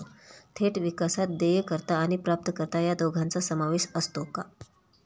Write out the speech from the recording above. थेट विकासात देयकर्ता आणि प्राप्तकर्ता या दोघांचा समावेश असतो का?